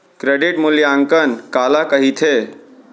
Credit मूल्यांकन काला कहिथे?